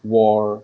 war